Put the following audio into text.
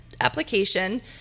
application